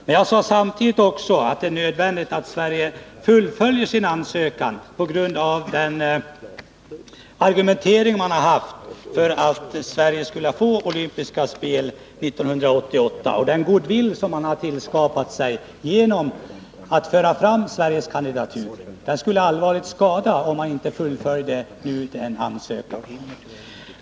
Men jag sade samtidigt att det är nödvändigt att Sverige fullföljer sin ansökan på grundval av den argumentering man har anfört för att Sverige skulle få olympiska spel 1988 och med tanke på den goodwill som tillskapats genom att man fört fram Sveriges kandidatur. Denna goodwill skulle allvarligt skadas, om man inte fullföljde ansökningen.